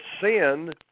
sin